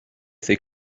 ses